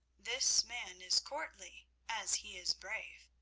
this man is courtly as he is brave.